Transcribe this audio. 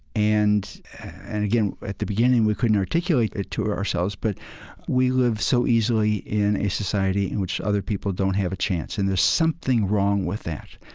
and and again, at the beginning we couldn't articulate it to ourselves, but we live so easily in a society in which other people don't have a chance, and there's something wrong with that.